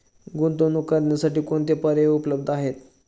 गुंतवणूक करण्यासाठी कोणते पर्याय उपलब्ध आहेत?